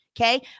Okay